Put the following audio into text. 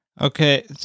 Okay